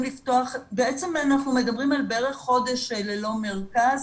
לפתוח בעצם אנחנו מדברים על בערך חודש ללא מרכז